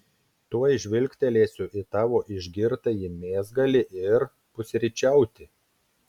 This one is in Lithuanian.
tuoj žvilgtelėsiu į tavo išgirtąjį mėsgalį ir pusryčiauti